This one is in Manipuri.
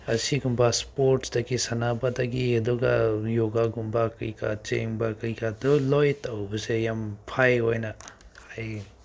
ꯑꯁꯤꯒꯨꯝꯕ ꯏꯁꯄꯣꯔꯇꯒꯤ ꯁꯥꯟꯅꯕꯗꯒꯤ ꯑꯗꯨꯒ ꯌꯣꯒꯥꯒꯨꯝꯕ ꯀꯩꯀꯥ ꯆꯦꯟꯕ ꯀꯩꯀꯥꯗꯨ ꯂꯣꯏ ꯇꯧꯕꯁꯦ ꯌꯥꯝ ꯐꯩ ꯑꯣꯏꯅ ꯍꯥꯏꯒꯦ